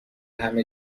همه